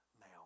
now